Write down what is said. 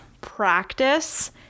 practice